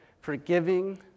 forgiving